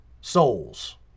souls